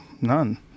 None